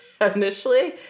Initially